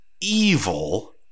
evil